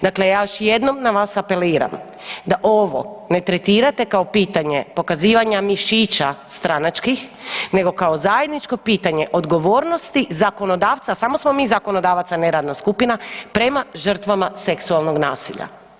Dakle, ja još jednom na vas apeliram da ovo ne tretirate kao pitanje pokazivanja mišića stranačkih nego kao zajedničko pitanje odgovornosti zakonodavca, a samo smo mi zakonodavac, a ne radna skupina prema žrtvama seksualnog nasilja.